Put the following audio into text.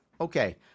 Okay